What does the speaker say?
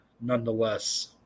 nonetheless